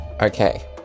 Okay